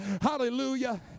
Hallelujah